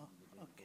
אדוני